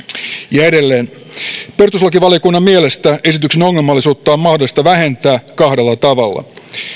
ja edelleen perustuslakivaliokunnan mielestä esityksen ongelmallisuutta on mahdollista vähentää kahdella tavalla